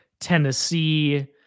Tennessee